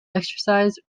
exercise